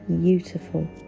beautiful